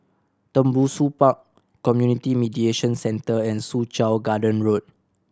Tembusu Park Community Mediation Centre and Soo Chow Garden Road